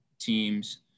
teams